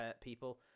people